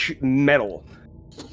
metal